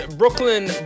brooklyn